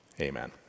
Amen